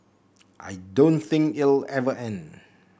I don't think it'll ever end